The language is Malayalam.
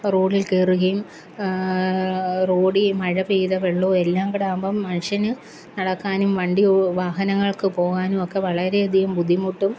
റോഡില് കയറുകയും റോഡീ മഴ പെയ്ത വെള്ളവും എല്ലാംകൂടെ ആകുമ്പം മനുഷ്യന് നടക്കാനും വണ്ടി വാഹനങ്ങള്ക്ക് പോകാനുമൊക്കെ വളരെയധികം ബുദ്ധിമുട്ടും